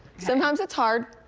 sometimes it's hard.